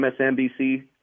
MSNBC